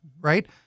right